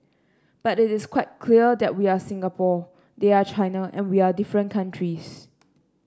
but it is quite clear that we are Singapore they are China and we are different countries